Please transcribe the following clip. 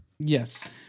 Yes